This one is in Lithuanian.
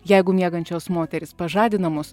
jeigu miegančios moterys pažadinamos